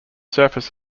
surface